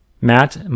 Matt